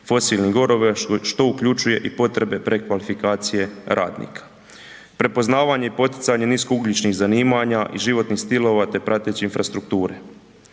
fosilnih goriva što uključuje i potrebe prekvalifikacije radnika. Prepoznavanje i poticanje niskougljičnih zanimanja i životnih stilova te prateće infrastrukture.